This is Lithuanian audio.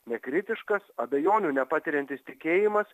nekritiškas abejonių nepatiriantis tikėjimas